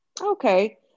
Okay